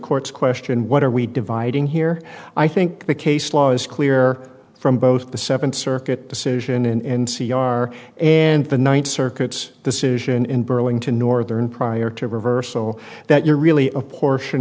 court's question what are we dividing here i think the case law is clear from both the seventh circuit decision and c r and the ninth circuit's decision in burlington northern prior to reversal that you're really apportion